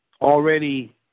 already